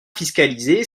fiscalisée